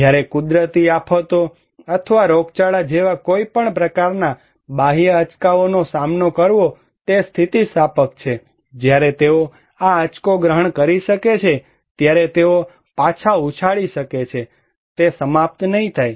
જ્યારે કુદરતી આફતો અથવા રોગચાળા જેવા કોઈપણ પ્રકારના બાહ્ય આંચકાઓનો સામનો કરવો તે સ્થિતિસ્થાપક છે જ્યારે તેઓ આ આંચકો ગ્રહણ કરી શકે છે ત્યારે તેઓ પાછા ઉછાળી શકે છે તે સમાપ્ત નહીં થાય